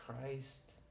Christ